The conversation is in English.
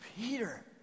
Peter